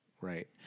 Right